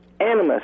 animus